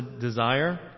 desire